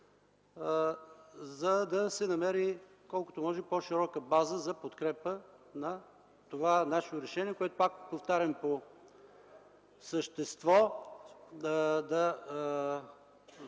за да се намери колкото може по-широка база за подкрепа на това наше решение, което, пак повтарям, по същество да